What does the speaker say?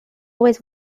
always